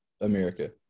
America